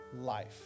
life